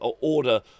order